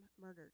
murdered